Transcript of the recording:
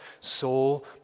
soul